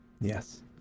Yes